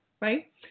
right